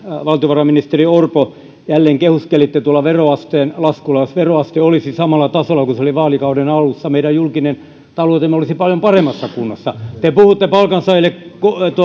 valtiovarainministeri orpo jälleen kehuskelitte veroasteen laskulla jos veroaste olisi samalla tasolla kuin se oli vaalikauden alussa meidän julkinen taloutemme olisi paljon paremmassa kunnossa te puhutte palkansaajille